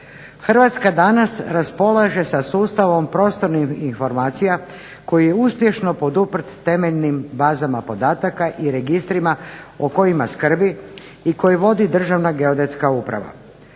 Hrvatska danas raspolaže sa sustavom prostornih informacija koji je uspješno poduprt temeljnim bazama podataka i registrima o kojima skrbi i koji vodi Državna geodetska uprava.